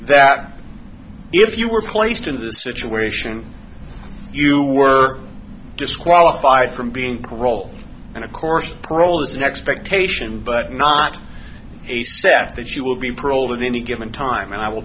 that if you were placed in the situation you were disqualified from being grohl and of course prole is an expectation but not a staff that she will be paroled in any given time and i will